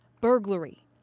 burglary